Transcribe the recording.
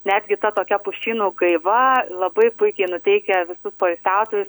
netgi ta tokia pušynų gaiva labai puikiai nuteikia visus poilsiautojus